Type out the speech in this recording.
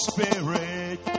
Spirit